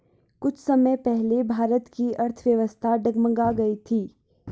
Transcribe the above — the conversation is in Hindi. कुछ समय पहले भारत की अर्थव्यवस्था डगमगा गयी थी